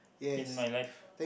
in my life